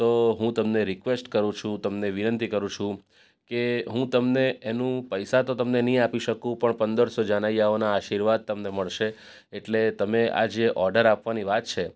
તો હું તમને રિક્વેસ્ટ કરું છું તમને વિનંતી કરું છું કે હું તમને એનું પૈસા તો તમને નહીં આપી શકું પણ પંદરસો જાનૈયાઓના આશીર્વાદ તમને મળશે એટલે તમે આ જે ઓર્ડર આપવાની વાત છે